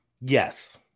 Yes